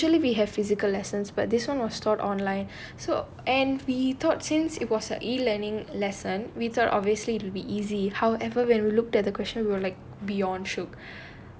like usually we have physical lessons but this [one] was taught online so and we thought since it was E learning lesson we thought obviously it will be easy however when we looked at the question like beyond